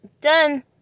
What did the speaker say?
Done